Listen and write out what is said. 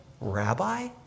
rabbi